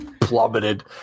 plummeted